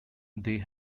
they